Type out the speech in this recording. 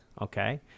Okay